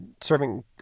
serving